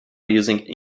using